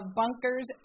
bunkers